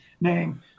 name